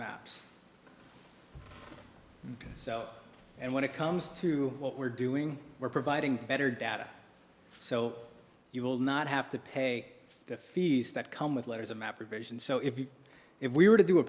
maps so and when it comes to what we're doing we're providing better data so you will not have to pay the fees that come with letters a map or vision so if you if we were to do a